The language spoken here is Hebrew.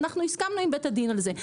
ואנחנו הסכמנו עם בית הדין על זה.